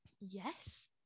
Yes